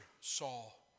Saul